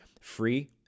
free